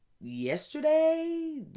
yesterday